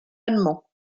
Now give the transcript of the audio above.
allemand